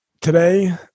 today